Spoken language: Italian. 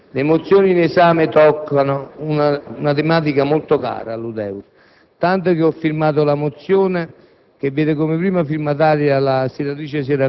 Presidente, colleghi senatori, le mozioni in esame toccano una tematica molto cara all'UDEUR,